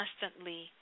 constantly